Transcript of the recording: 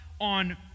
on